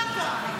זה הכול.